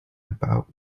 about